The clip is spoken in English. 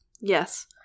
Yes